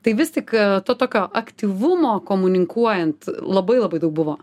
tai vis tik to tokio aktyvumo komunikuojant labai labai daug buvo